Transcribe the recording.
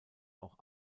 auch